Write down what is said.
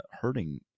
hurting